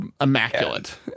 immaculate